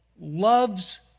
loves